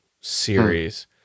series